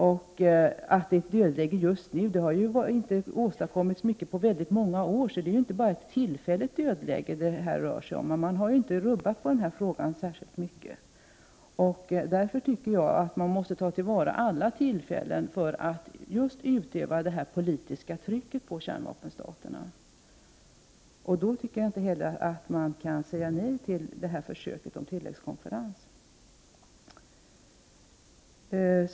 Vidare talas det om ett dödläge just nu. Men det har ju inte åstadkommits särskilt mycket på väldigt många år. Det är alltså inte fråga om ett tillfälligt dödläge. Därför tycker jag att man måste ta till vara alla tillfällen för att just utöva nämnda politiska tryck på kärnvapenstaterna. Mot den bakgrunden anser jag att man inte kan säga nej till försöket med en tilläggskonferens.